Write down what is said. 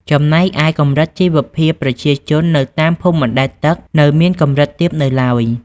ចំណែកឯ កម្រិតជីវភាពប្រជាជននៅតាមភូមិបណ្ដែតទឹក នៅមានកម្រិតទាបនៅឡើយ។